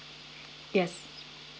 yes